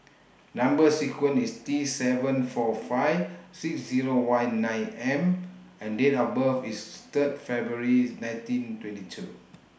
Number sequence IS T seven four five six Zero one nine M and Date of birth IS Third February nineteen twenty two